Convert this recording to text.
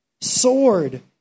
sword